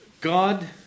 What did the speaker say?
God